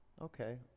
Okay